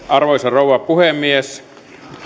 arvoisa rouva puhemies